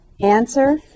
answer